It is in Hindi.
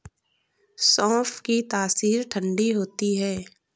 सौंफ की तासीर ठंडी होती है